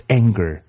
anger